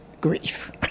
grief